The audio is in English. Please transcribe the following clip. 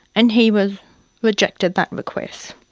and he was rejected that request.